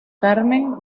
carmen